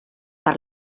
per